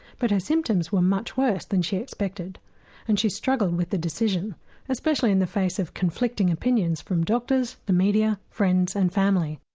but her symptoms were much worse than she expected and she struggled with the decision especially in the face of conflicting opinions from doctors, the media, friends and family.